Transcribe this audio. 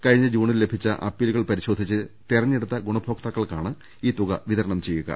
കഴിഞ്ഞ ജൂണിൽ ലഭിച്ച അപ്പീ ലുകൾ പരിശോധിച്ച് തെരഞ്ഞെടുത്ത ഗുണഭോക്താക്കൾക്കാണ് ഈ തുക വിതരണം ചെയ്യുക